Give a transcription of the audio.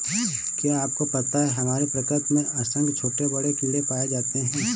क्या आपको पता है हमारी प्रकृति में असंख्य छोटे बड़े कीड़े पाए जाते हैं?